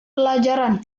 pelajaran